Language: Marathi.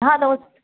हां नमस्